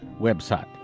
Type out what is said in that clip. website